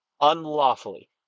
unlawfully